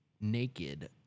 naked